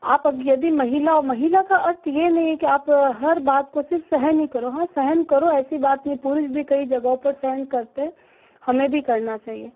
आप यदि महिला हो महिला का अर्थ यह नहीं कि आप हर बात को सिर्फ़ सहन ही करो हाँ सहन करो ऐसी बात नहीं पुरुष भी कई जगहों पर सहन करते हैं हमें भी करना चाहिए